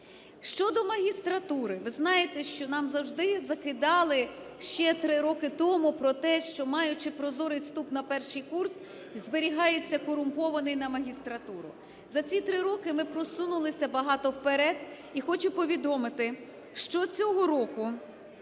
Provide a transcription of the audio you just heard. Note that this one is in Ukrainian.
Щодо магістратури. Ви знаєте, що нам завжди закидали, ще три роки тому, про те, що, маючи прозорий вступ на перший курс, зберігається корумпований – на магістратуру. За ці три роки ми просунулися багато вперед, і хочу повідомити, що цього року